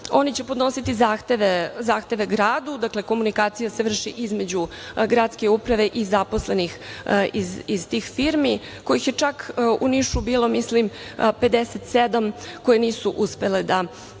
Oni će podnositi zahteve gradu, dakle, komunikacija se vrši između gradske uprave i zaposlenih iz tih firmi, kojih je čak u Nišu bilo mislim 57, koje nisu uspele da